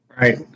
Right